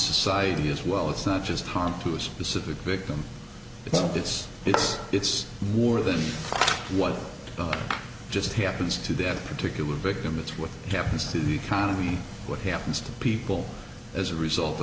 society as well it's not just harm to a specific victim but it's it's it's more than what just happens to that particular victim it's what happens to the economy what happens to people as a